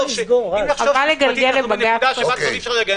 נמצא פה בני חברי